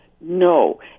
No